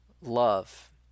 love